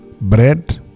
Bread